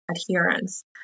adherence